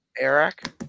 Eric